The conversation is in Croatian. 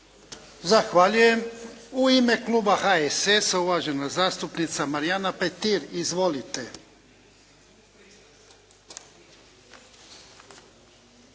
Zahvaljujem. U ime kluba HSS-a, uvažena zastupnica Marijana Petir. Izvolite.